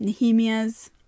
Nehemiah's